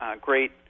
great